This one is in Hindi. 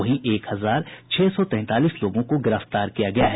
वहीं एक हजार छह सौ तैंतालीस लोगों को गिरफ्तार किया गया है